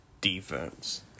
defense